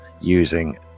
using